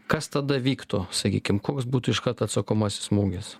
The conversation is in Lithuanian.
kas tada vyktų sakykim koks būtų iškart atsakomasis smūgis